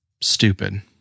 stupid